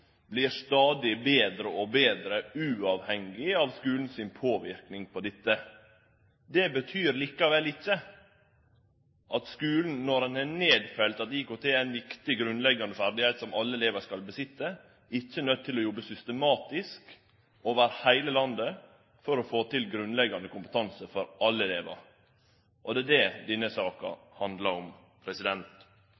stadig betre uavhengig av skulen sin påverknad på dette. Det betyr likevel ikkje at skulen, når ein har nedfelt at IKT er ein viktig grunnleggjande ferdigheit som alle elevar skal ha, ikkje er nøydd til å jobbe systematisk over heile landet for å få til grunnleggjande kompetanse for alle elevar. Og det er det denne saka